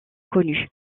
connu